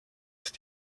ist